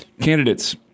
Candidates